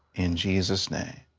in jesus' name.